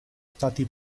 stati